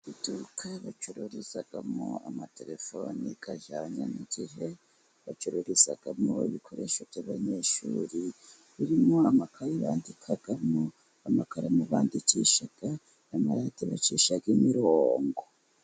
Iduka bacururizamo amatelefone ajyanye n'igihe, bacururizamo ibikoresho by'abanyeshuri birimo amakaye bandikamo, amakaramu bandikisha amarate bacisha imirongo.